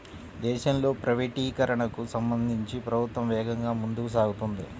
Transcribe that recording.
దేశంలో ప్రైవేటీకరణకు సంబంధించి ప్రభుత్వం వేగంగా ముందుకు సాగుతోంది